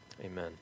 Amen